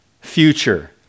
future